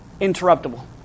interruptible